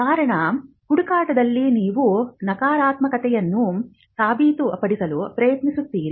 ಕಾರಣ ಹುಡುಕಾಟದಲ್ಲಿ ನೀವು ನಕಾರಾತ್ಮಕತೆಯನ್ನು ಸಾಬೀತುಪಡಿಸಲು ಪ್ರಯತ್ನಿಸುತ್ತಿದ್ದೀರಿ